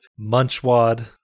Munchwad